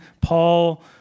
Paul